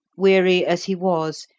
weary as he was,